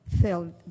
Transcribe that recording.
filled